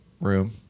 room